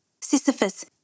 Sisyphus